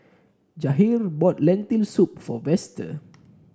Jahir bought Lentil Soup for Vester